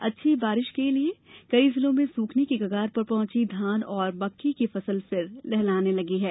अच्छी बारिश से कई जिलों में सूखने की कगार पर पहुंची धान और मक्के की फसल फिर लहलहाने लगी हैं